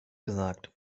gesagt